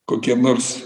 kokiem nors